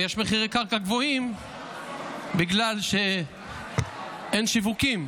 ויש מחירי קרקע גבוהים בגלל שאין שיווקים.